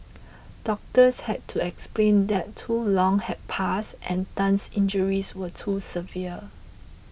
doctors had to explain that too long had passed and Tan's injuries were too severe